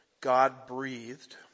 God-breathed